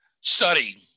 study